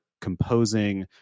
composing